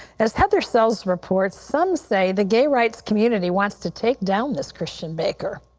as heather sells reports, some say the gay rights community wants to take down this christian baker.